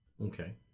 Okay